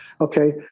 Okay